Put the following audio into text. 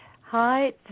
Hi